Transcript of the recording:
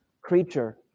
creature